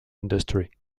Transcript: industry